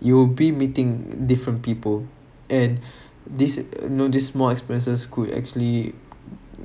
you'll be meeting different people and this you know this more experiences could actually